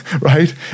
right